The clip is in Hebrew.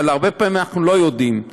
אבל הרבה פעמים אנחנו לא יודעים,